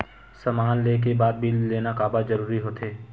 समान ले के बाद बिल लेना काबर जरूरी होथे?